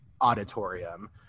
auditorium